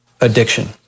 addiction